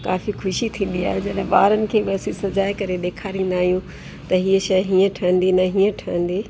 काफ़ी खुशी थींदी आहे जॾहिं ॿारनि खे बि असां सजाए करे ॾेखारींदा आहियूं त हीअ शइ हीअं ठहींदी न हीअं शइ ठहींदी